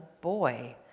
boy